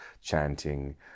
chanting